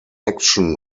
action